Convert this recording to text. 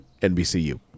NBCU